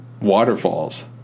waterfalls